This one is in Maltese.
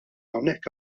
hawnhekk